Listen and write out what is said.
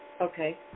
Okay